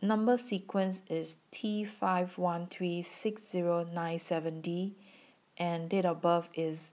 Number sequence IS T five one three six Zero nine seven D and Date of birth IS